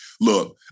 Look